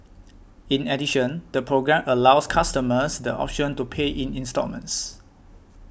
in addition the programme allows customers the option to pay in instalments